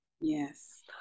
Yes